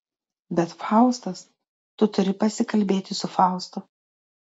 bet faustas tu turi pasikalbėti su faustu